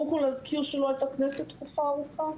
קודם כל להזכיר שלא הייתה כנסת תקופה ארוכה.